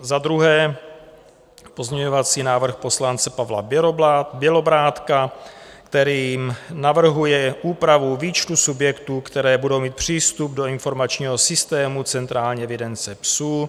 Za druhé pozměňovací návrh poslance Pavla Bělobrádka, kterým navrhuje úpravu výčtu subjektů, které budou mít přístup do informačního systému Centrální evidence psů.